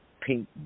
pink